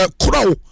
kurao